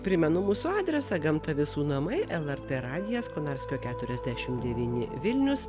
primenu mūsų adresą gamta visų namai lrt radijas konarskio keturiasdešim devyni vilnius